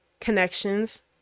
connections